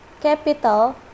capital